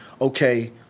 okay